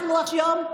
היום,